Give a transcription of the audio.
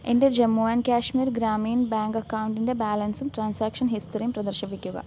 എൻ്റെ Jammu and Kashmir Gramin bank അക്കൗണ്ടിൻ്റെ ബാലൻസും ട്രാൻസാക്ഷൻ ഹിസ്റ്ററിയും പ്രദർശിപ്പിക്കുക